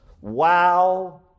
Wow